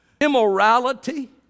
Immorality